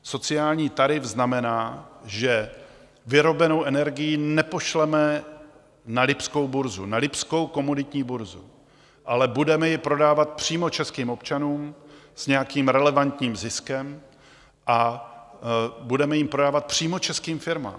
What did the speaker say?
Sociální tarif znamená, že vyrobenou energii nepošleme na lipskou burzu, na lipskou komoditní burzu, ale budeme ji prodávat přímo českým občanům s nějakým relevantním ziskem a budeme prodávat přímo českým firmám.